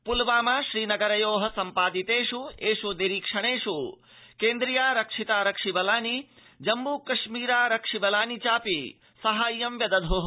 पुलवामा श्रीनगरयोः सम्पादितेष् एष् निरीक्षणेष् केन्द्रीयाऽऽरक्षिताऽऽरक्षि बलानि जम्मू कश्मीरारक्षि बलानि चापि साहाय्यं व्यदधुः